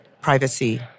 privacy